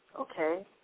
okay